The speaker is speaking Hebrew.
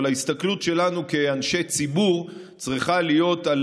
אבל ההסתכלות שלנו כאנשי ציבור צריכה להיות על